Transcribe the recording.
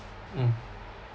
mm